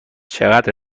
چقدر